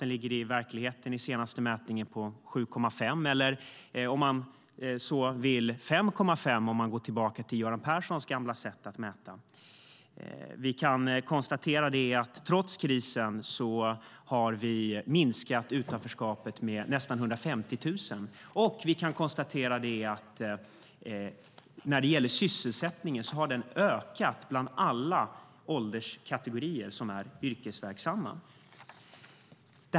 I verkligheten ligger den enligt den senaste mätningen på 7,5 procent, eller på 5,5 procent om man går tillbaka till Göran Perssons gamla sätt att mäta. Vi kan konstatera att vi trots krisen har minskat utanförskapet med nästan 150 000 människor. Vi kan även konstatera att sysselsättningen, trots krisen, har ökat bland alla ålderskategorier som är yrkesverksamma.